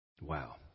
Wow